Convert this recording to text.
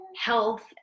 health